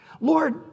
Lord